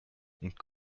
und